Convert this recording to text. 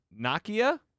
Nakia